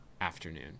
afternoon